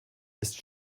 ist